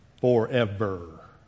Forever